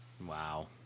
Wow